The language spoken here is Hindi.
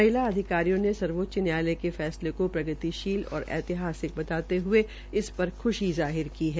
महिला अधिकारियों ने सर्वोच्च न्यायालय के फैसले को प्रगतिशील और ऐतिहासिक बताते हये इस पर ख्शी प्रकट की है